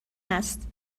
است